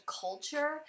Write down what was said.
culture